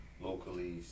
locally